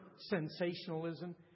sensationalism